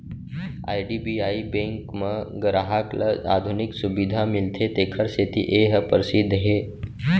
IDBI bank म गराहक ल आधुनिक सुबिधा मिलथे तेखर सेती ए ह परसिद्ध हे